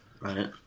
right